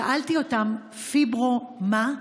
שאלתי אותם: פיברו-מה?